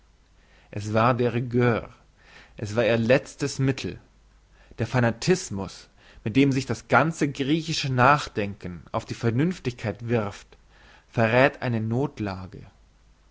es war de rigueur es war ihr letztes mittel der fanatismus mit dem sich das ganze griechische nachdenken auf die vernünftigkeit wirft verräth eine nothlage